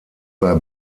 bei